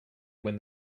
when